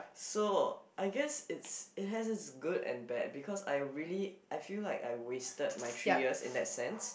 so I guess it's it has it's good and bad because I really I feel like I wasted my three years in that sense